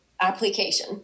application